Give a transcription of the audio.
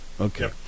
Okay